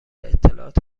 اطلاعات